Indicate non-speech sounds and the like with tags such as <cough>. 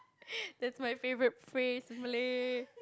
<laughs> that's my favourite phrase Malay